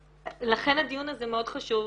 לכן הדיון הזה מאוד חשוב.